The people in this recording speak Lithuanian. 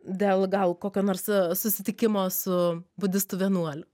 dėl gal kokio nors susitikimo su budistų vienuoliu